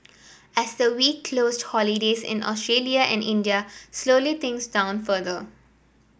as the week closed holidays in Australia and India slowly things down further